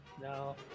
No